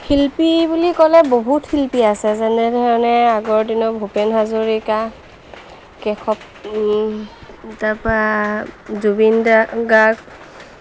শিল্পী বুলি ক'লে বহুত শিল্পী আছে যেনেধৰণে আগৰ দিনৰ ভূপেন হাজৰিকা কেশৱ তাপা জুবিনদা গাৰ্গ